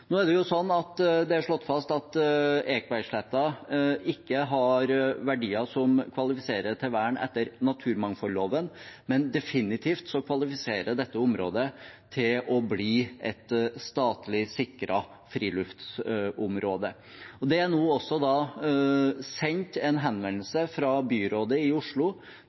Nå er det sånn at det er slått fast at Ekebergsletta ikke har verdier som kvalifiserer til vern etter naturmangfoldloven, men dette området kvalifiserer definitivt til å bli et statlig sikret friluftslivsområde. Det er nå også sendt en henvendelse fra byrådet i Oslo